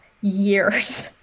years